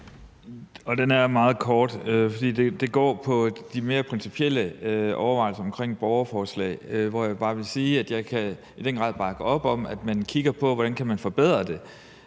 Og den er meget kort. Den går på de mere principielle overvejelser om borgerforslag. Jeg vil bare sige, at jeg i den grad kan bakke op om, at man kigger på, hvordan man kan forbedre det.